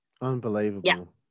Unbelievable